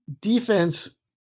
defense